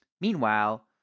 Meanwhile